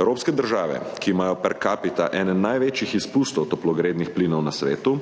Evropske države, ki imajo per capita ene največjih izpustov toplogrednih plinov na svetu,